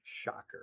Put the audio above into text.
Shocker